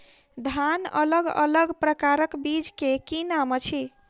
धान अलग अलग प्रकारक बीज केँ की नाम अछि?